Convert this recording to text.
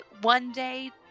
one-day